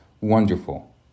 wonderful